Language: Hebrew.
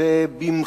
2824 ו-2827.